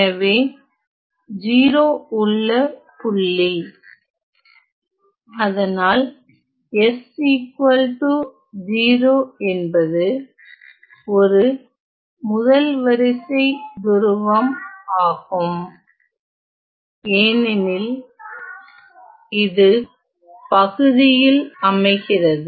எனவே 0 உள்ள புள்ளி அதனால் s 0 என்பது ஒரு முதல் வரிசை துருவம் ஆகும் ஏனெனில் இது பகுதியில் அமைகிறது